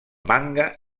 manga